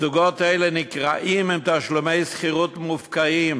זוגות אלה נקרעים מתשלומי שכירות מופקעים,